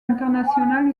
internationale